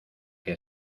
que